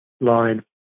line